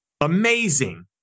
Amazing